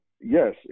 yes